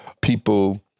people